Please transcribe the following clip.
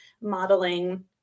modeling